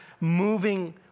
moving